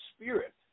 spirit